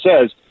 says